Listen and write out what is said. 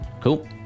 Cool